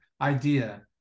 idea